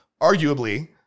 arguably